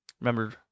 remember